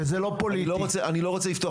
וזה לא פוליטי --- אני לא רוצה לפתוח